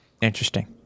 Interesting